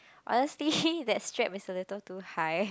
honestly that strap is a little too high